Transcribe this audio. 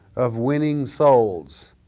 of winning souls,